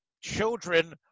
children